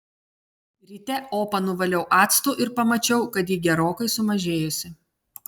ryte opą nuvaliau actu ir pamačiau kad ji gerokai sumažėjusi